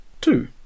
two